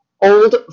old